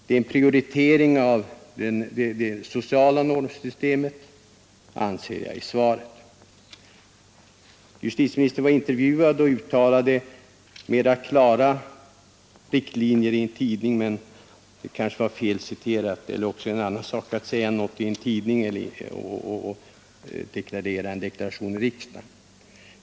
Jag anser att justitieministern i svaret förordar det sociala normsystemet. I en tidningsintervju angav statsrådet klarare riktlinjer. Antingen var uttalandet felciterat eller måhända är det så att statsrådet förordar en sak i tidningsintervjuer och gör andra deklarationer i riksdagen.